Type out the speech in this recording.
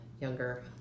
younger